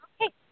Okay